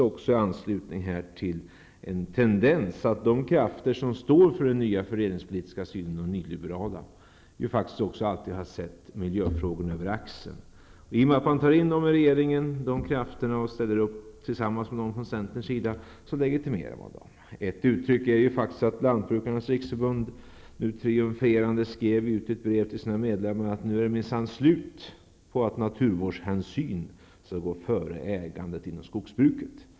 I anslutning härtill finns en tendens att de krafter som står för den nya fördelningspolitiska synen, de nyliberala som faktiskt också alltid sett miljöfrågorna över axeln, nu legitimeras genom att de får ställa upp i regeringen vid centerns sida. Ett uttryck för detta är att Lantbrukarnas riksförbund triumferande i ett brev till sina medlemmar skriver att det nu minsann är slut på att naturvårdshänsyn skall gå före ägandet inom skogsbruket.